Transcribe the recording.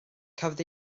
cafodd